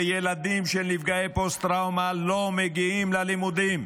וילדים של נפגעי פוסט-טראומה לא מגיעים ללימודים.